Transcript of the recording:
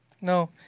No